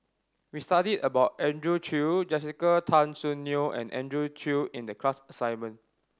we studied about Andrew Chew Jessica Tan Soon Neo and Andrew Chew in the class assignment